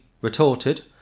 retorted